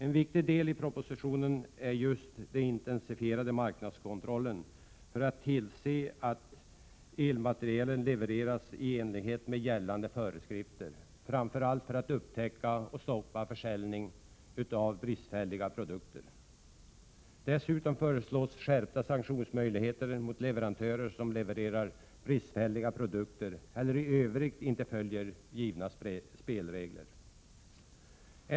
En viktig del i propositionen är just den intensifierade marknadskontrollen för att tillse att elmateriel levereras i enlighet med gällande föreskrifter, framför allt för att bristfälliga produkter skall upptäckas och försäljning av dem stoppas. Dessutom föreslås skärpta sanktionsmöjligheter mot leverantörer som levererar bristfälliga produkter eller i övrigt inte följer givna spelregler.